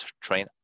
train